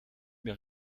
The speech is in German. mehr